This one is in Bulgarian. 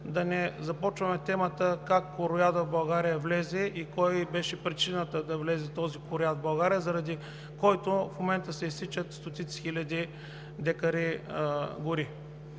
да не започваме темата, как короядът в България влезе и кой беше причината да влезе този корояд в България, заради който в момента се изсичат стотици хиляди декари гори.